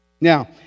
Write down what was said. Now